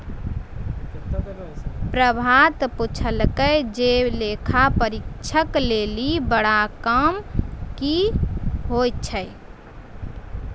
प्रभात पुछलकै जे लेखा परीक्षक लेली बड़ा काम कि होय छै?